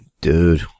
Dude